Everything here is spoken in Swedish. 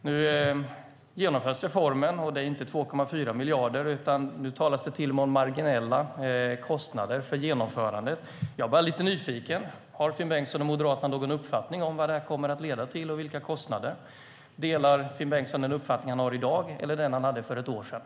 Nu genomförs reformen, och det talas inte om 2,4 miljarder utan om marginella kostnader för genomförandet. Jag är nyfiken. Har Finn Bengtsson och Moderaterna någon uppfattning om vad detta kommer att leda till och vilka kostnader det handlar om? Delar Finn Bengtsson dagens åsikt eller står han kvar vid den åsikt han hade för ett år sedan?